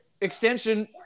extension